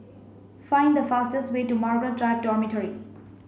find the fastest way to Margaret Drive Dormitory